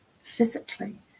physically